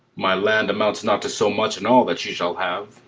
my land amounts not to so much in all that she shall have,